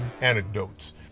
anecdotes